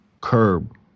curb